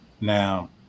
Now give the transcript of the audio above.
Now